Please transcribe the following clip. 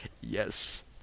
Yes